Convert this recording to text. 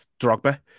Drogba